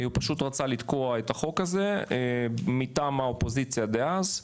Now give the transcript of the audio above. הוא פשוט רצה לתקוע את החוק הזה מטעם האופוזיציה דאז.